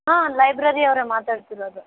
ಹಾಂ ಲೈಬ್ರೆರಿ ಅವರೆ ಮಾತಾಡ್ತಿರೋದು